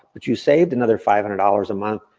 but you saved another five hundred dollars a month,